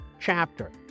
chapter